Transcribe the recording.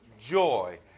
joy